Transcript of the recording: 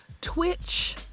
Twitch